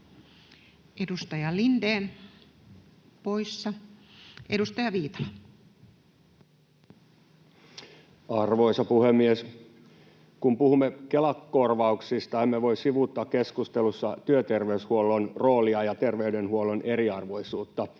2023 Time: 16:10 Content: Arvoisa puhemies! Kun puhumme Kela-korvauksista, emme voi sivuuttaa keskustelussa työterveyshuollon roolia ja terveydenhuollon eriarvoisuutta